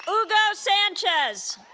hugo sanchez